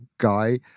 Guy